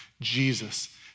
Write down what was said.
Jesus